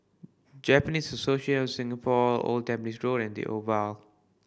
Japanese Association of Singapore Old Tampines Road and The Oval